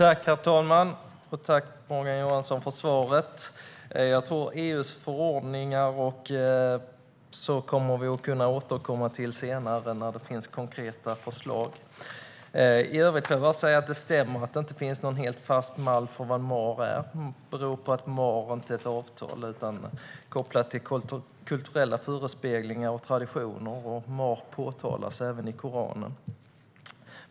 Herr talman! Tack, Morgan Johansson, för svaret. Jag tror att vi kommer att kunna återkomma till EU:s förordningar senare, när det finns konkreta förslag. I övrigt kan jag bara säga att det stämmer att det inte finns någon helt fast mall för vad mahr är, vilket beror på att mahr inte är något avtal utan i stället är kopplat till kulturella förespeglingar och traditioner. Mahr nämns även i Koranen.